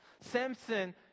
samson